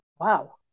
Wow